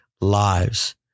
lives